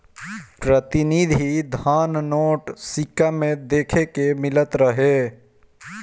प्रतिनिधि धन नोट, सिक्का में देखे के मिलत रहे